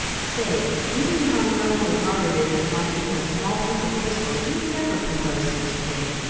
say, if you knew how infernally hard it is to find even a small piece of crystal, you'd never propose such a thing!